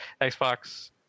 Xbox